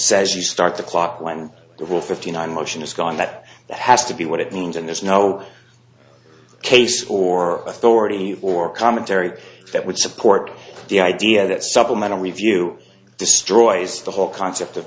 says you start the clock when the rule fifty nine motion is gone that that has to be what it means and there's no case or authority or commentary that would support the idea that supplemental review destroys the whole concept of